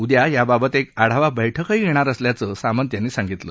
उद्या याबाबत एक आढावा बैठकही घेणार असल्याचं सामंत यांनी सांगितलं